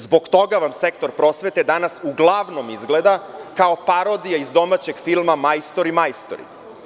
Zbog toga sektor prosvete danas uglavnom izgleda kao parodija iz domaćeg filma „Majstori, majstori“